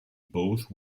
both